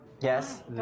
Yes